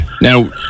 Now